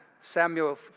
Samuel